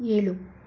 ಏಳು